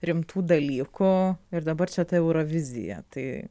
rimtų dalykų ir dabar čia ta eurovizija tai